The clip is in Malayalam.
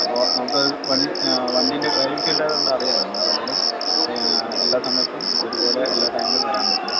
അപ്പോൾ നമുക്ക് അത് വണ്ടിയിൻ്റ ഡ്രൈവിംഗ് ഫീൽഡ് ആയതുകൊണ്ട് അറിയാമല്ലോ നമുക്ക് എന്തായാലും എല്ലാ സമയത്തും ഒരുപോലെ എല്ലാ ടൈമിലും വരാൻ പറ്റില്ല